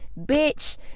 bitch